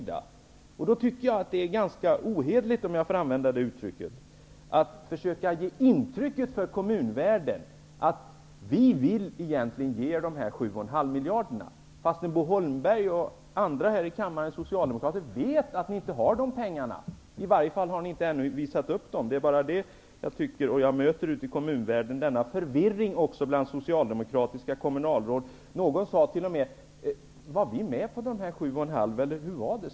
Då tycker jag att det är ganska ohederligt, om jag får använda det uttrycket, att försöka ge kommunvärlden intrycket att man egentligen vill ge dem dessa 7,5 miljarder. Bo Holmberg och andra socialdemokrater här i kammaren vet att ni inte har dessa pengar. Ni har i alla fall inte visat upp dem. Jag möter förvirring ute i kommunvärlden även bland socialdemokratiska kommunalråd. Någon sade t.o.m.: ''Var vi med på dessa 7,5 miljarder, eller hur var det?